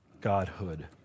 Godhood